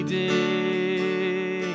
day